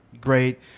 great